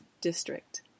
district